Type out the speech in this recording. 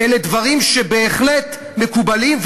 אלה דברים שבהחלט מקובלים,